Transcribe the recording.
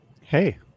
Hey